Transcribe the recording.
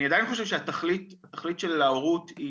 אני עדיין חושב שהתכלית של ההורות היא